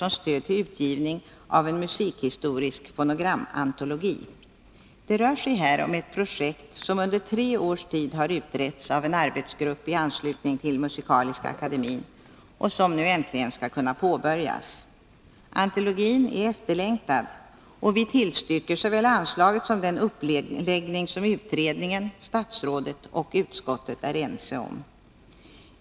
som stöd till utgivning av en musikhistorisk fonogramantologi. Det rör sig här om ett projekt som under tre års tid har utretts av en arbetsgrupp i anslutning till Musikaliska akademien och som nu äntligen skall kunna påbörjas. Antologin är efterlängtad, och vi tillstyrker såväl anslaget som den uppläggning som utredningen, statsrådet och utskottet är ense om.